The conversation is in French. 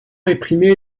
réprimée